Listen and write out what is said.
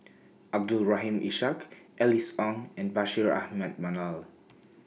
Abdul Rahim Ishak Alice Ong and Bashir Ahmad Mallal